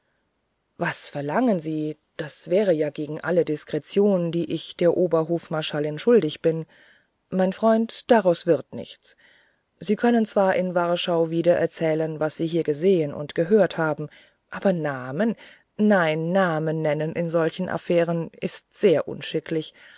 was verlangen sie das wäre ja gegen alle diskretion die ich der oberhofmarschallin schuldig bin mein freund daraus wird nichts sie können zwar in warschau wieder erzählen was sie hier gesehen und gehört haben aber namen nein namen zu nennen in solchen affären ist sehr unschicklich